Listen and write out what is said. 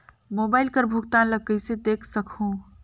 Mobile कर भुगतान ला कइसे देख सकहुं?